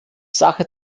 sache